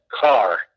car